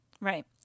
Right